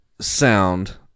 sound